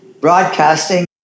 broadcasting